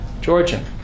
Georgian